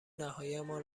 نهاییمان